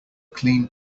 clean